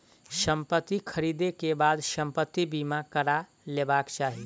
संपत्ति ख़रीदै के बाद संपत्ति बीमा करा लेबाक चाही